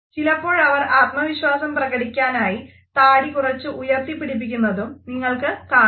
ചിലപ്പോഴവർ ആത്മവിശ്വാസം പ്രകടിപ്പിക്കാനായി താടി കുറച്ച് ഉയർത്തിപ്പിടിക്കുന്നതും നിങ്ങൾക്ക് കാണാം